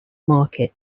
market